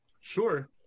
Sure